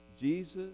Jesus